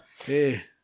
Hey